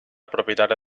propietaria